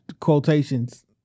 quotations